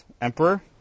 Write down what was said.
Emperor